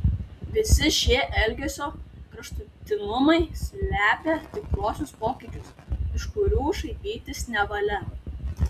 visi šie elgesio kraštutinumai slepia tikruosius pokyčius iš kurių šaipytis nevalia